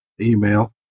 email